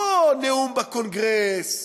לא נאום בקונגרס,